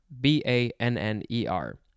B-A-N-N-E-R